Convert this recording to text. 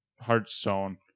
Hearthstone